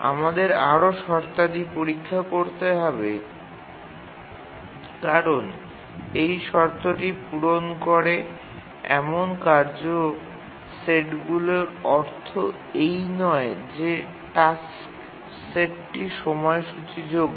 আমাদের আরও শর্তাদি পরীক্ষা করতে হবে কারণ এই শর্তটি পূরণ করে এমন কার্য সেটগুলির অর্থ এই নয় যে টাস্ক সেটটি সময়সূচীযোগ্য